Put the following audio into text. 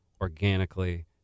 organically